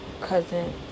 cousin